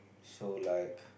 so like